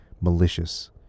malicious